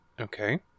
Okay